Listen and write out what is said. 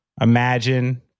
imagine